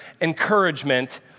encouragement